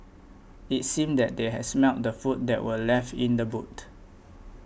it seemed that they had smelt the food that were left in the boot